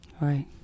right